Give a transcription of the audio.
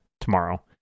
tomorrow